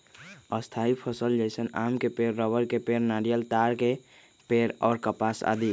स्थायी फसल जैसन आम के पेड़, रबड़ के पेड़, नारियल, ताड़ के पेड़ और कपास आदि